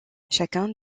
chacun